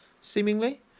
seemingly